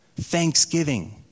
Thanksgiving